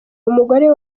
umugore